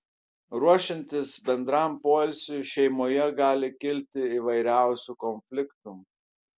ruošiantis bendram poilsiui šeimoje gali kilti įvairiausių konfliktų